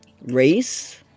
race